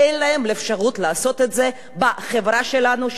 אין להם אפשרות לעשות את זה בחברה שלנו,